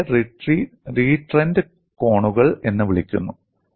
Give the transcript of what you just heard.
അവയെ റീട്രന്റ് കോണുകൾ എന്ന് വിളിക്കുന്നു